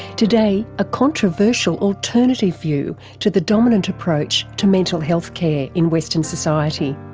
today, a controversial alternative view to the dominant approach to mental health care in western society.